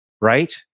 right